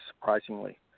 Surprisingly